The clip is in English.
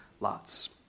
lots